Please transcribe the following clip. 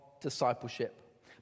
discipleship